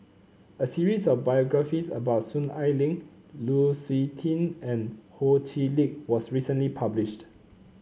a series of biographies about Soon Ai Ling Lu Suitin and Ho Chee Lick was recently published